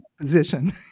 position